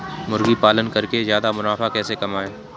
मुर्गी पालन करके ज्यादा मुनाफा कैसे कमाएँ?